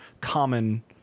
common